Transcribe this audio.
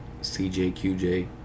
CJQJ